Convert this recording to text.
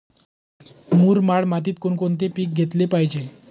मुरमाड मातीत कोणकोणते पीक घेतले पाहिजे?